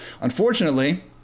Unfortunately